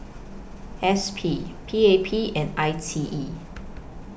S P P A P and I T E